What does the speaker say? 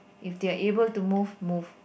if they are able to move move